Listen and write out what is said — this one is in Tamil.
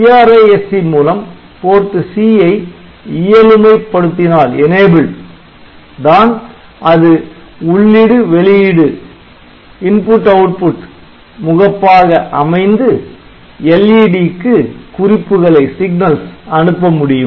TRISC மூலம் PORT C ஐ இயலுமைப்படுத்தினால் தான் அது உள்ளிடு வெளியிடு InputOutput முகப்பாக அமைந்து LED க்கு குறிப்புகளை அனுப்ப முடியும்